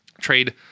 trade